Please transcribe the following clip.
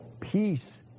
peace